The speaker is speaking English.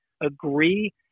agree